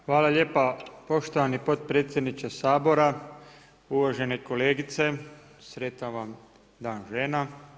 Hvala lijepa poštovani potpredsjedniče Sabora, uvažene kolegice, sretan vam Dan žena.